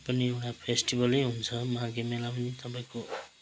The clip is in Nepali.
त्यहाँ पनि एउटा फेस्टिभलै हुन्छ माघे मेला पनि तपाईँको